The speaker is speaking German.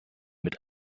mit